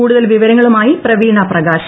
കൂടുതൽ വിവരങ്ങളുമായി പ്രവീണ പ്രകാശ്